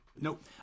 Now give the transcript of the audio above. Nope